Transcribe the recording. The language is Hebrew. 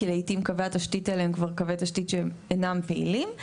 כי לעתים קווי התשתית האלה הם קווי תשתית שכבר אינם פעילים.